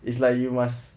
it's like you must